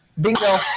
Bingo